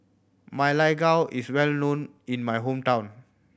Ma Lai Gao is well known in my hometown